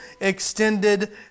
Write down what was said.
extended